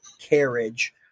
carriage